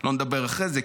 לא נדבר אחרי זה,